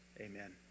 Amen